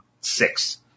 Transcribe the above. six